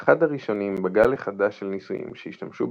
אחד הראשונים בגל החדש של ניסויים שהשתמשו